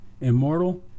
immortal